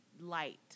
light